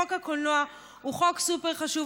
חוק הקולנוע הוא חוק סופר חשוב,